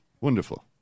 Wonderful